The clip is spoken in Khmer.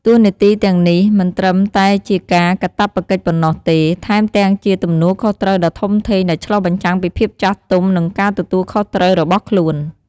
តួនាទីទាំងនេះមិនត្រឹមតែជាការកាតព្វកិច្ចប៉ុណ្ណោះទេ ថែមទាំងជាទំនួលខុសត្រូវដ៏ធំធេងដែលឆ្លុះបញ្ចាំងពីភាពចាស់ទុំ និងការទទួលខុសត្រូវរបស់ខ្លួន។